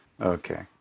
okay